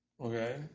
Okay